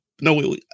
No